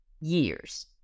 years